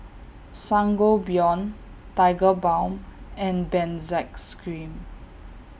Sangobion Tigerbalm and Benzac scream